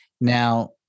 now